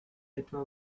etwa